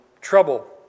trouble